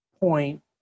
point